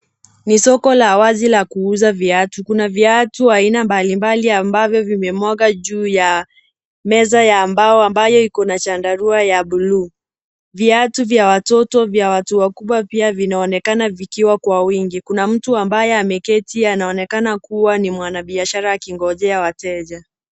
Ni soko la wazi la kuuza viatu. Kuna viatu aina mbalimbali ambavyo vimemwagwa juu ya meza ya mbao ambayo ikona chandarua ya buluu. Viatu vya watoto, vya watu wakubwa pia vinaonekana vikiwa kwa wingi. Kuna mtu ambaye ameketi anaonekana kuwa ni mwanabiashara akiongojea wateja.